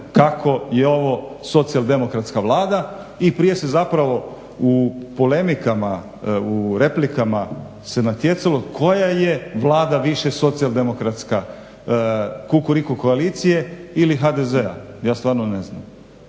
kako je ovo socijaldemokratska vlada i prije se zapravo u replikama se natjecalo koja je vlada više socijaldemokratska Kukuriku koalicije ili HDZ-a. ja stvarno ne znam